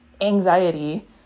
anxiety